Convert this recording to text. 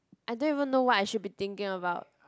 I don't even know what I should be thinking about